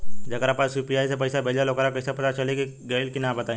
जेकरा पास यू.पी.आई से पईसा भेजब वोकरा कईसे पता चली कि गइल की ना बताई?